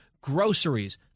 Groceries